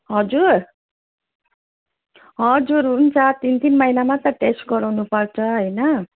हजुर हजुर हुन्छ तिन तिन महिनामा त टेस्ट गराउनुपर्छ हैन